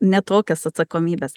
ne tokias atsakomybes